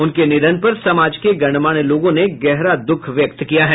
उनके निधन पर समाज के गणमान्य लोगों ने गहरा दुख व्यक्त किया है